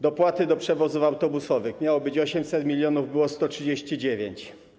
Dopłaty do przewozów autobusowych - miało być 800 mln, było 139.